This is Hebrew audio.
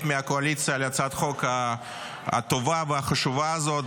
מהקואליציה על הצעת החוק הטובה והחשובה הזאת,